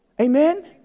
Amen